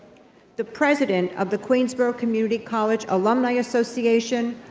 the president of the queensborough community college alumni association,